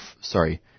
Sorry